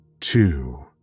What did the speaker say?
two